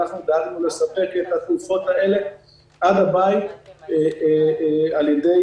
דאגנו לספק את התרופות האלה עד הבית על ידי